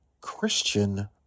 Christian